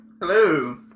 Hello